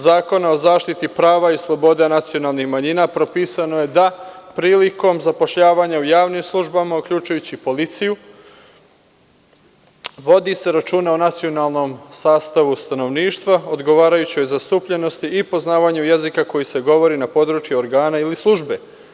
Zakona o zaštiti prava i slobode nacionalnih manjina, propisano je da prilikom zapošljavanja u javnim službama, uključujući policiju, vodi se računa o nacionalnom sastavu stanovništva, odgovarajućoj zastupljenosti i poznavanju jezika koji se govori na području organa ili službe.